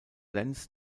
lenz